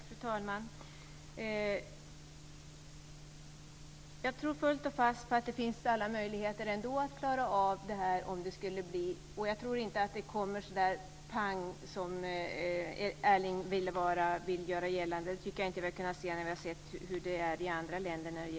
Fru talman! Jag tror fullt och fast att vi ändå har alla möjligheter att klara detta, om det skulle behövas. Jag tror inte att ett angrepp kommer så oväntat som Erling Wälivaara vill göra gällande. Jag tycker inte att vi kunnat se något sådant vid oroligheter i andra länder.